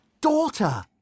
daughter